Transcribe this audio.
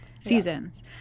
seasons